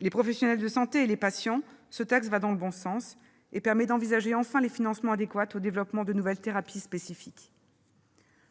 les professionnels de santé et les patients, ce texte va dans le bon sens et permet d'envisager enfin les financements adéquats au développement de nouvelles thérapies spécifiques.